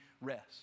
rest